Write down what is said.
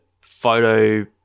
photo